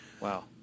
Wow